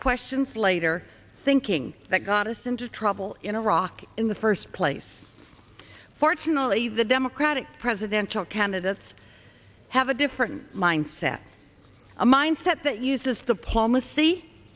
questions later thinking that got us into trouble in iraq in the first place fortunately the democratic presidential candidates have a different mindset a mindset that uses